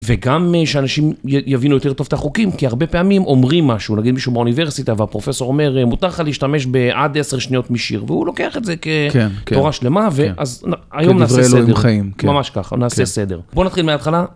וגם שאנשים יבינו יותר טוב את החוקים, כי הרבה פעמים אומרים משהו, נגיד מישהו באוניברסיטה והפרופסור אומר, מותר לך להשתמש בעד עשר שניות משיר, והוא לוקח את זה כתורה שלמה, והיום נעשה סדר, דברי אלוהים חיים. ממש ככה, נעשה סדר. בואו נתחיל מההתחלה.